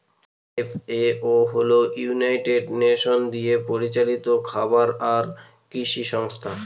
FAO হল United Nation দিয়ে পরিচালিত খাবার আর কৃষি সংস্থা